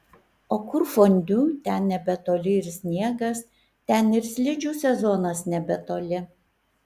o kur fondiu ten nebetoli ir sniegas ten ir slidžių sezonas nebetoli